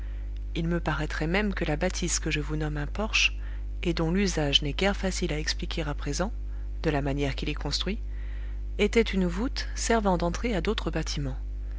il me paraîtrait même que la bâtisse que je vous nomme un porche et dont l'usage n'est guère facile à expliquer à présent de la manière qu'il est construit était une voûte servant d'entrée à d'autres bâtiments